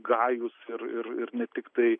gajūs ir ir ir ne tiktai